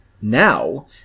now